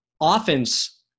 Offense